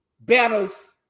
Banner's